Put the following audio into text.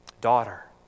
daughter